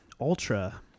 ultra